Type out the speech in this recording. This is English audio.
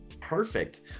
Perfect